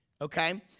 Okay